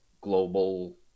global